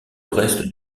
reste